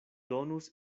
donus